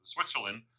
Switzerland